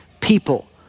people